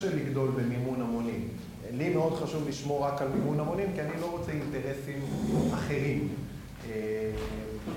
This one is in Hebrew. אי אפשר לגדול במימון המונים? לי מאוד חשוב לשמור רק על מימון המונים, כי אני לא רוצה אינטרסים אחרים.